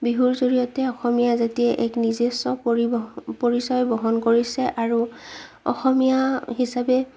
বিহুৰ জৰিয়তে অসমীয়া জাতিয়ে এক নিজস্ব পৰিবহ পৰিচয় বহন কৰিছে আৰু অসমীয়া হিচাপে